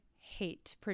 hate